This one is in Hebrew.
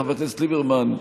חבר הכנסת ליברמן,